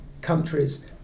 countries